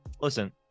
Listen